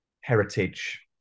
heritage